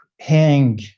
Hang